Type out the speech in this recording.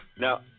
Now